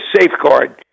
safeguard